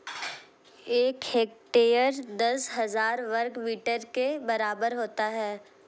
एक हेक्टेयर दस हजार वर्ग मीटर के बराबर होता है